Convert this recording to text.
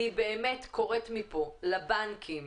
אני קוראת מכאן לבנקים,